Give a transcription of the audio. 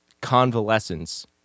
Convalescence